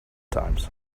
times